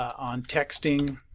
on texting